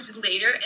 later